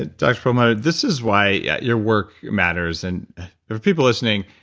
ah dr. perlmutter, this is why yeah your work matters and for people listening,